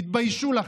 תתביישו לכם.